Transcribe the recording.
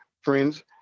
friends